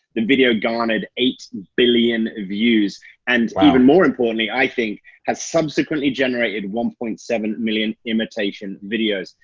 the video garnered eight billion views and more importantly, i think has subsequently generated one point seven million imitation videos.